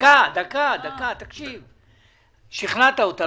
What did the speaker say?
שכנעת אותנו.